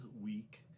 week